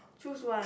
choose one